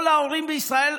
כל ההורים בישראל,